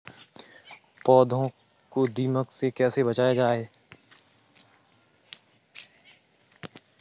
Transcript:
पौधों को दीमक से कैसे बचाया जाय?